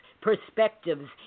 perspectives